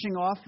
off